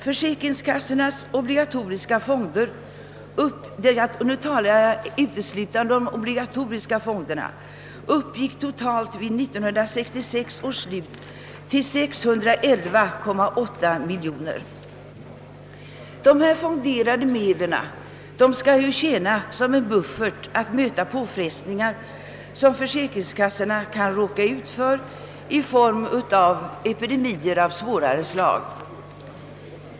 Försäkringskassornas obligatoriska fonder — jag talar nu uteslutande om dessa fonder — uppgick totalt vid 1966 års slut till 611,8 miljoner kronor. Dessa fonderade medel skall ju tjäna såsom en buffert inför påfrestningar, som försäkringskassorna kan råka ut för i form av epidemier av svårare slag.